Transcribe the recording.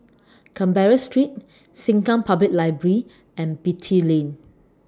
Canberra Street Sengkang Public Library and Beatty Lane